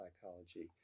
psychology